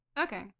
Okay